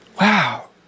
Wow